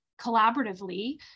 collaboratively